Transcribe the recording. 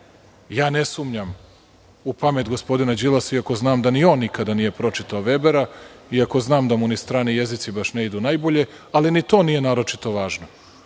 ja ne sumnjam u pamet gospodina Đilasa iako znam da ni on nikada nije pročitao Vebera, iako znam da mu ni strani jezici ne idu baš najbolje, ali ni to nije naročito važno.